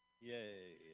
Yay